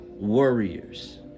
warriors